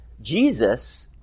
Jesus